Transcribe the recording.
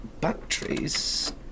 batteries